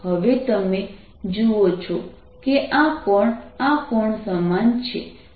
હવે તમે જુઓ છો કે આ કોણ આ કોણ સમાન છે